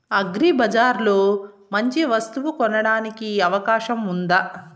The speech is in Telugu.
అగ్రిబజార్ లో మంచి వస్తువు కొనడానికి అవకాశం వుందా?